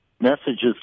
messages